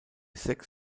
sechs